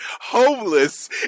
Homeless